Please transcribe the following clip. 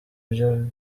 byo